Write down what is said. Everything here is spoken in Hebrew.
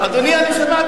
שההצבעה